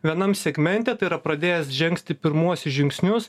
vienam segmente tai yra pradėjęs žengti pirmuosius žingsnius